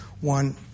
one